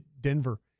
Denver